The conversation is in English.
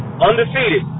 undefeated